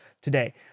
today